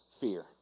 fear